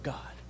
God